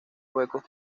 huecos